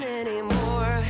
anymore